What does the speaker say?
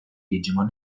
digimon